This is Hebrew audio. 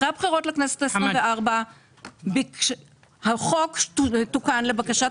אחרי הבחירות לכנסת ה-24 החוק תוקן לבקשת